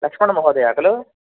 लक्ष्मणमहोदयः खलु